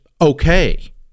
okay